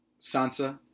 Sansa